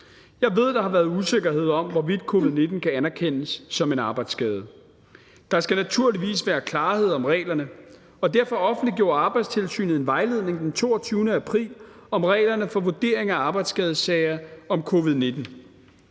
Jeg ved, at der har været usikkerhed om, hvorvidt covid-19 kan anerkendes som en arbejdsskade. Der skal naturligvis være klarhed om reglerne, og derfor offentliggjorde Arbejdstilsynet en vejledning den 22. april om reglerne for vurdering af arbejdsskadesager om covid-19.